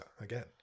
again